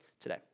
today